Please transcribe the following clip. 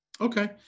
Okay